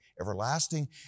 everlasting